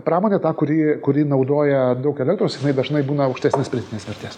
pramonė ta kuri kuri naudoja daug elektros jinai dažnai būna aukštesnės pridėtinės vertės